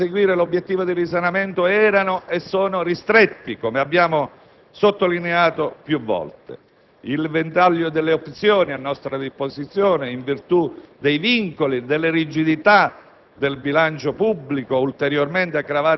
I margini per conseguire l'obiettivo del risanamento erano e sono ristretti, come abbiamo sottolineato più volte. Il ventaglio delle opzioni a nostra disposizione, in virtù dei vincoli e delle rigidità